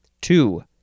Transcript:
Two